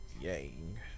Yang